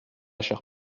chère